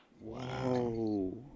Wow